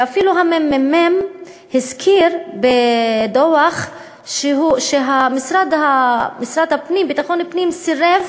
ואפילו הממ"מ הזכיר בדוח שהמשרד לביטחון פנים סירב